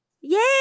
Yay